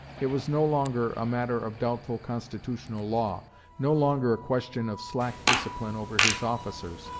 it was no longer a matter of doubtful constitutional law no longer a question of slack discipline over his officers.